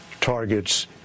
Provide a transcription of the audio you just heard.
targets